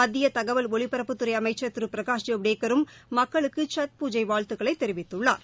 மத்திய தகவல் ஒலிபரப்புத்துறை அமைச்சர் திரு பிரகாஷ் ஜவடேக்கரும் மக்களுக்கு சத் பூஜை வாழ்த்துக்களைத் தெரிவித்துள்ளார்